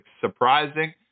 surprising